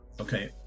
Okay